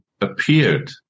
appeared